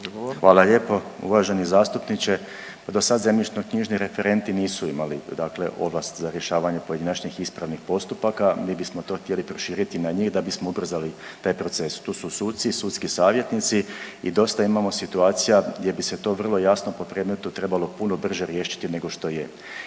Hvala lijepo. Uvaženi zastupniče pa dosad zemljišnoknjižni referenti nisu imali dakle ovlast za rješavanje pojedinačnih ispravnih postupaka, mi bismo to htjeli proširiti na njih da bismo ubrzali te procese, tu su suci i sudski savjetnici i dosta imamo situacija gdje bi se to vrlo jasno po predmetu trebalo puno brže riješiti nego je